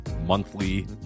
monthly